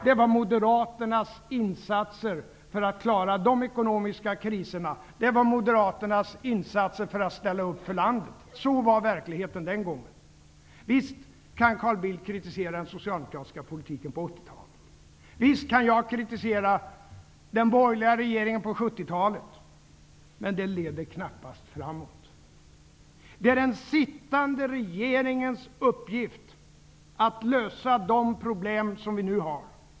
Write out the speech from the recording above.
Det var Moderaternas insatser för att klara de ekonomiska kriserna. Det var Moderaternas insatser för att ställa upp för landet. Så var verkligheten den gången. Visst kan Carl Bildt kritisera den socialdemokratiska politiken på 80-talet. Visst kan jag kritisera de borgerliga regeringarna på 70-talet. Men det leder knappast framåt. Det är den sittande regeringens uppgift att lösa de problem som vi nu har.